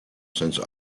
since